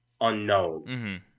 unknown